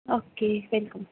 okay welcome